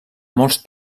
molts